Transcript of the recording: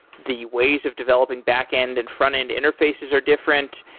the ways of developing backend and frontend interfaces are different.